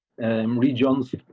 Regions